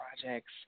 projects